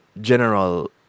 general